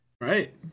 Right